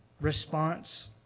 response